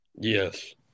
Yes